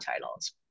titles